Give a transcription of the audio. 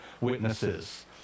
witnesses